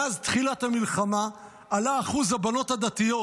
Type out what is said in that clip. מאז תחילת המלחמה עלה אחוז הבנות הדתיות